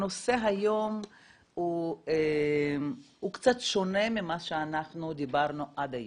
הנושא היום הוא קצת שונה ממה שאנחנו דיברנו עד היום.